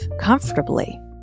comfortably